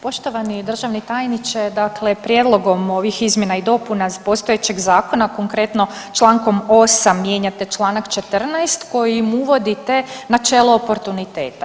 Poštovani državni tajniče, dakle prijedlogom ovih izmjena i dopuna postojećeg zakona konkretno Člankom 8. mijenjate Članak 14. kojim uvodite načelo oportuniteta.